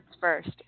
first